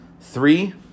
Three